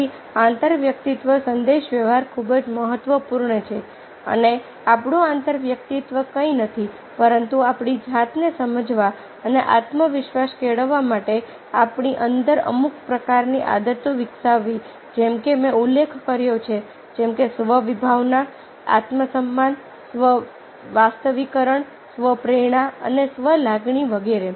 તેથી આંતરવ્યક્તિત્વ સંદેશાવ્યવહાર ખૂબ જ મહત્વપૂર્ણ છે અને આપણું આંતરવ્યક્તિત્વ કંઈ નથી પરંતુ આપણી જાતને સમજવા અને આત્મવિશ્વાસ કેળવવા માટે આપણી અંદર અમુક પ્રકારની આદતો વિકસાવવી જેમ કે મેં ઉલ્લેખ કર્યો છે જેમ કે સ્વ વિભાવના આત્મસન્માન સ્વ વાસ્તવિકકરણ સ્વ પ્રેરણા અને સ્વ લાગણી વગેરે